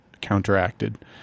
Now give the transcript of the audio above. counteracted